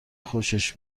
خوشش